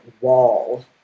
wall